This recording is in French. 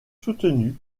soutenu